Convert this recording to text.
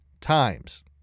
times